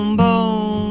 boom